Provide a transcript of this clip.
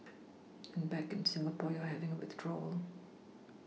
and back in Singapore you're having a withdrawal